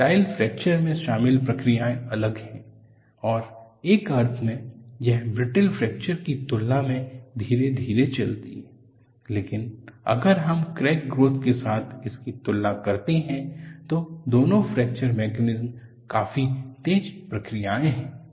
ductile fracture में शामिल प्रक्रियाएं अलग हैं और एक अर्थ में यह ब्रिटल फ्रैक्चर की तुलना में धीरे धीरे चलती है लेकिन अगर हम क्रैक ग्रोथ के साथ इसकी तुलना करते हैं तो दोनों फ्रैक्चर मैकेनिज्म काफी तेज प्रक्रियाएं हैं